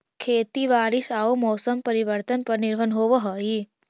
खेती बारिश आऊ मौसम परिवर्तन पर निर्भर होव हई